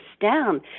down